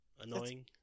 annoying